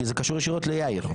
כי זה קשור ישירות ליאיר.